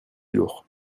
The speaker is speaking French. lourd